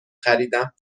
خریدم